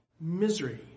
misery